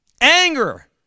Anger